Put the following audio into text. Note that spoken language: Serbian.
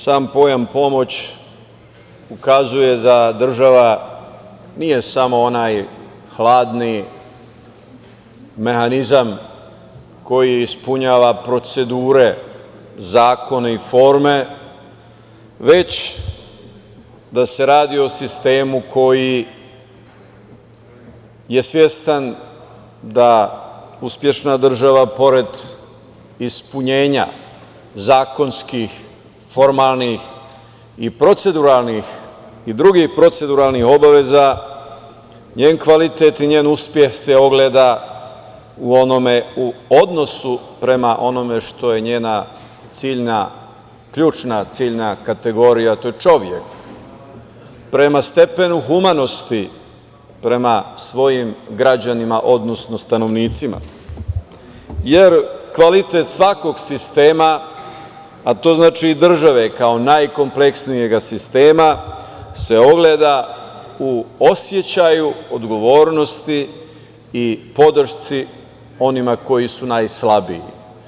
Sam pojam pomoć ukazuje da država nije samo onaj hladni mehanizam koji ispunjava procedure, zakone i forme, već da se radi o sistemu koji je svestan da uspešna država, pored ispunjenja zakonskih, formalnih i drugih proceduralnih obaveza, njen kvalitet i njen uspeh se ogleda u odnosu prema onome što je njena ključna ciljna kategorija, a to je čovek, prema stepenu humanosti prema svojim građanima, odnosno stanovnicima, jer kvalitet svakog sistema, a to znači i države kao najkompleksnijeg sistema, se ogleda u osećaju odgovornosti i podršci onima koji su najslabiji.